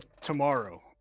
tomorrow